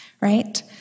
right